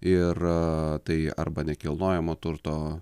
ir tai arba nekilnojamo turto